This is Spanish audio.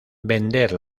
bender